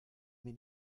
mir